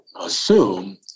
assume